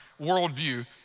worldview